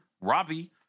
Robbie